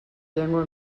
llengua